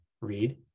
read